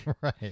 Right